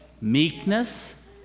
meekness